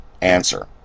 Answer